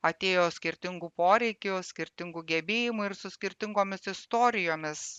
atėjo skirtingų poreikių skirtingų gebėjimų ir su skirtingomis istorijomis